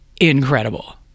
incredible